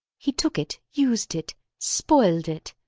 he took it used it spoiled it!